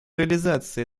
реализации